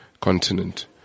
continent